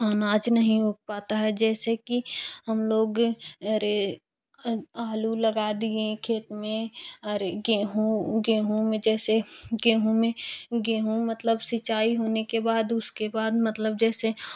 अनाज नहीं हो पता है जैसे की हम लोग एरे आलू लगा दिए खेत में अरे गेहूँ गेहूँ में जैसे गेहूँ में गेहूँ मतलब सिंचाई होने के बाद उसके बाद जैसे मौ